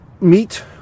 meet